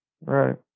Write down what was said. Right